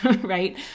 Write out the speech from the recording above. right